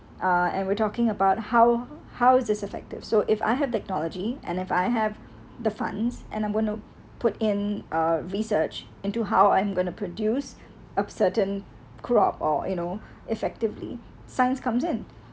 uh and we're talking about how how is this effective so if I have technology and if I have the funds and I'm going to put in a research into how I'm gonna produce a certain crop or you know effectively science comes in